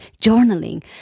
journaling